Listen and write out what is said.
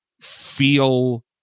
feel